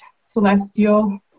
celestial